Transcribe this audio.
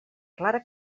clara